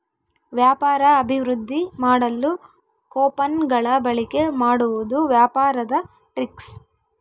ವ್ಯಾಪಾರ ಅಭಿವೃದ್ದಿ ಮಾಡಲು ಕೊಪನ್ ಗಳ ಬಳಿಕೆ ಮಾಡುವುದು ವ್ಯಾಪಾರದ ಟ್ರಿಕ್ಸ್